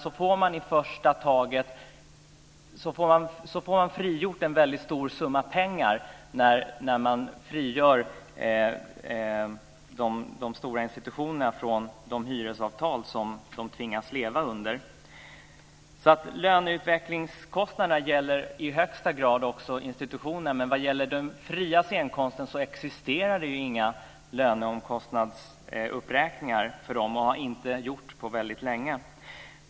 Om man frigör de stora institutionerna från de hyresavtal som de tvingas leva under frigör man en väldigt stor summa pengar. Löneutvecklingskostnaderna gäller i högsta grad också institutionerna. För den fria scenkonsten existerar det ju inga löneomkostnadsuppräkningar, och det har det inte gjort på väldigt länge.